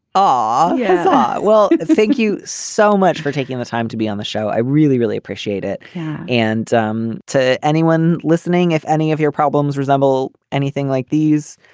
oh yeah and well you so much for taking the time to be on the show. i really really appreciate it and um to anyone listening if any of your problems resemble anything like these.